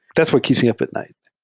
that's what keeps me up at night,